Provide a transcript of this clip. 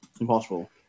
Impossible